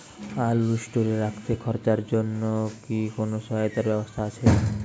আলু স্টোরে রাখতে খরচার জন্যকি কোন সহায়তার ব্যবস্থা আছে?